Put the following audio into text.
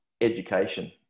Education